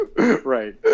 Right